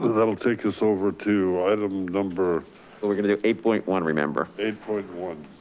that'll take us over to item number we're gonna do eight point one, remember. eight point one.